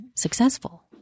Successful